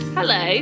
Hello